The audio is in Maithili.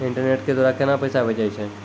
इंटरनेट के द्वारा केना पैसा भेजय छै?